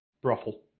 Brothel